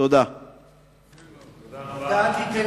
תודה רבה.